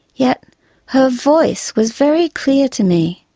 yet her voice was very clear to me.